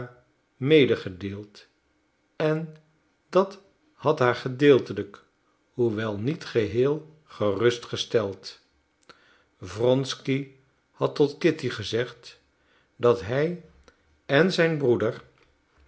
medegedeeld en dat had haar gedeeltelijk hoewel niet geheel gerust gesteld wronsky had tot kitty gezegd dat hij en zijn broeder